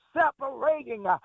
separating